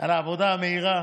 על העבודה המהירה,